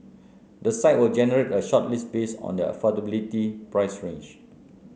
the site will generate a shortlist based on their affordability price range